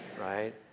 Right